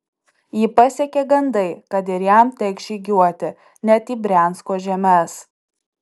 jį pasiekė gandai kad ir jam teks žygiuoti net į briansko žemes